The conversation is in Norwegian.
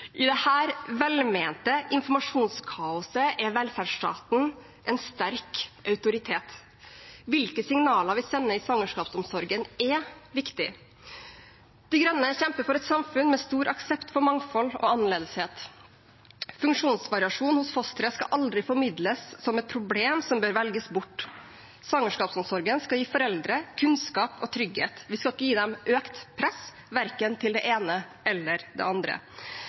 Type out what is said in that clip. I dette velmente informasjonskaoset er velferdsstaten en sterk autoritet. Hvilke signaler vi sender i svangerskapsomsorgen, er viktig. De Grønne kjemper for et samfunn med stor aksept for mangfold og annerledeshet. Funksjonsvariasjon hos fosteret skal aldri formidles som et problem som bør velges bort. Svangerskapsomsorgen skal gi foreldre kunnskap og trygghet. Vi skal ikke gi dem økt press, verken til det ene eller det andre.